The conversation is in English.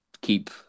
keep